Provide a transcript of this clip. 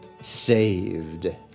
saved